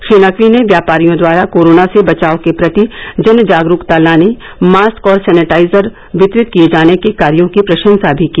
श्री नकवी ने व्यापारियों द्वारा कोरोना से बचाव के प्रति जन जागरूकता लाने मास्क और सैनिटाइजर वितरित किये जाने के कार्यो की प्रशंसा भी की